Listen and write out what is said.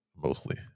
Mostly